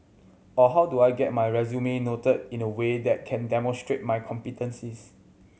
or how do I get my resume noted in a way that can demonstrate my competencies